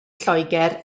lloegr